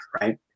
right